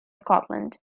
scotland